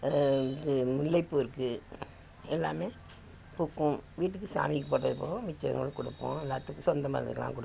இது முல்லைப் பூ இருக்குது எல்லா பூக்கும் வீட்டுக்கு சாமிக்கு போட்டது போக மற்றவங்களுக்கு கொடுப்போம் எல்லோத்துக்கும் சொந்த பந்தங்களுக்குலாம் கொடுப்போம்